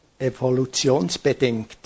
Evolutionsbedingt